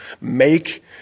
make